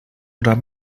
oder